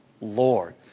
Lord